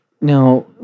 Now